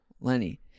Lenny